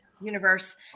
universe